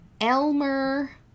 Elmer